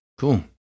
Cool